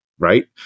right